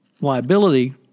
liability